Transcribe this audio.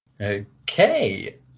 Okay